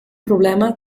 problema